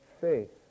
faith